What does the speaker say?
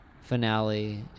Finale